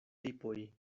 lipoj